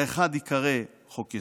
לאחד, ייקרא 'חוק-יסוד',